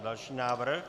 Další návrh.